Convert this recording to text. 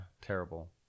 Terrible